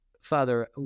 Father